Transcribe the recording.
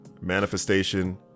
manifestation